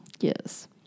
yes